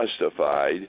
justified